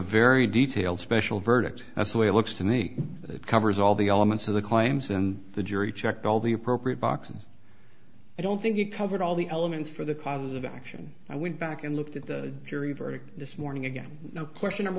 very detailed special verdict that's the way it looks to me that it covers all the elements of the claims and the jury checked all the appropriate boxes i don't think it covered all the elements for the cause of action i went back and looked at the jury verdict this morning again no question every